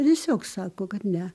tiesiog sako kad ne